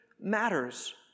matters